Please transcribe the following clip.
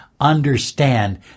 understand